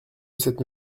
cette